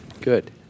Good